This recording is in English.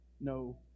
no